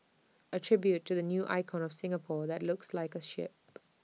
A tribute to the new icon of Singapore that looks like A ship